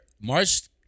March